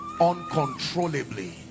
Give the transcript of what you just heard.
uncontrollably